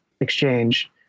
exchange